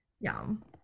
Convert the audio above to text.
yum